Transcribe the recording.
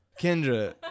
Kendra